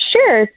Sure